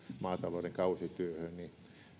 maatalouden kausityöhön niin